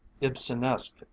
Ibsenesque